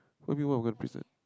what you mean what I'm gon present